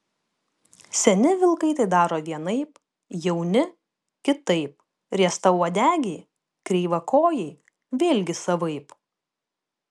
seni vilkai tai daro vienaip jauni kitaip riestauodegiai kreivakojai vėlgi savaip